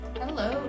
Hello